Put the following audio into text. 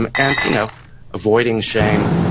and and you know avoiding shame,